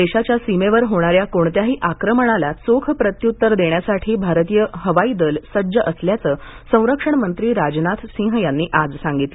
देशाच्या सीमेवर होणाऱ्या कोणत्याही आक्रमणाला चोख प्रत्युत्तर देण्यासाठी भारतीय हवाई दल सज्ज असल्याचं संरक्षणमंत्री राजनाथसिंह यांनी आज सांगितलं